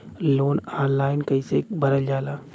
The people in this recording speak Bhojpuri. लोन ऑनलाइन कइसे भरल जाला?